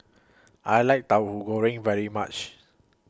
I like Tahu Goreng very much